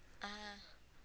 ah